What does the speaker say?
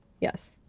Yes